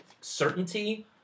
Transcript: certainty